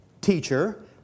Teacher